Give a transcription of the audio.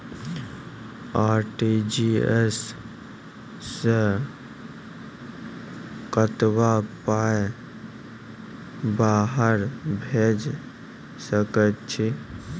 RTGS सअ कतबा पाय बाहर भेज सकैत छी?